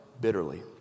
bitterly